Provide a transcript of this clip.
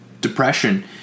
depression